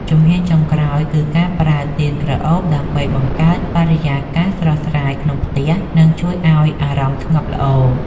ជំហានចុងក្រោយគឺការប្រើទៀនក្រអូបដើម្បីបង្កើតបរិយាកាសស្រស់ស្រាយក្នុងផ្ទះ និង ជួយឱ្យអារម្មណ៍ស្ងប់ល្អ